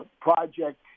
project